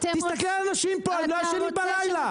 תסתכלי על אנשים פה, הם לא ישנים בלילה.